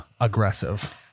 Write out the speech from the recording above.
aggressive